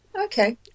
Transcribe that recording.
Okay